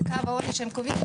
זה קו העוני שהם קובעים,